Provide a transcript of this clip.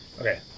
Okay